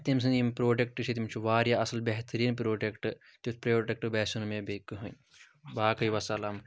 تٔمۍ سٕنٛز یِم پرٛوڈَکٹ چھِ تِم چھِ واریاہ اَصٕل بہتریٖن پرٛوڈَکٹ تیُتھ پرٛوڈَکٹ باسیو نہٕ مےٚ بیٚیہِ کٕہۭنۍ باقٕے وَسَلام